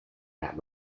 that